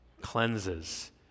cleanses